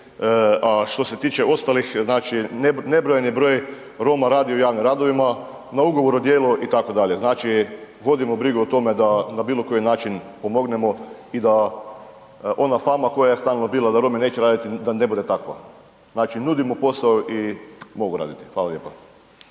a što se tiče ostalih, znači nebrojeni broj Roma radi u javnim radovima, na ugovoru o djelu itd. Znači vodimo brigu o tome da na bilokoji način pomognemo i da ona fama koja je stalno bila da Romi neće raditi, da ne bude takva. Znači nudimo posao i mogu raditi. Hvala lijepa.